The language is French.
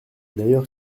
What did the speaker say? d’ailleurs